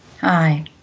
Hi